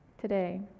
today